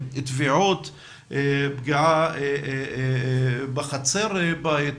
טביעות, פגיעה בחצר הבית.